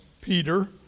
Peter